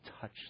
touch